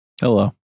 Hello